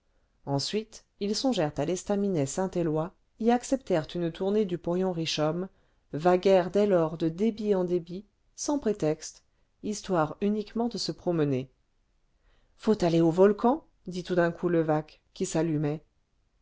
ensuite ils songèrent à l'estaminet saint éloi y acceptèrent une tournée du porion richomme vaguèrent dès lors de débit en débit sans prétexte histoire uniquement de se promener faut aller au volcan dit tout d'un coup levaque qui s'allumait